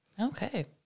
Okay